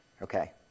Okay